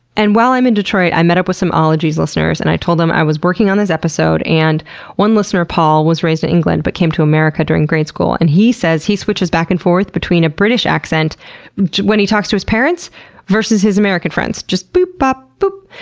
while i'm in detroit, i met up with some ologies listeners and told them i was working on this episode and one listener, paul, was raised in england but came to america during grade school and he says he switches back and forth between a british accent when he talks to his parents verses his american friends. just boop bop boop.